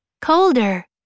colder